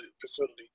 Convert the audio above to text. Facility